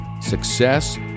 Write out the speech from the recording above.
success